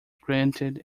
granted